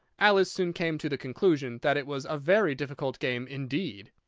alice soon came to the conclusion that it was a very difficult game indeed.